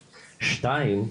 שתיים,